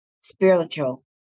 spiritual